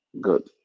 Good